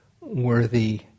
worthy